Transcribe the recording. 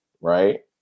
right